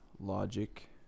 Logic